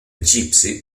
gypsy